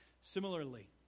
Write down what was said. similarly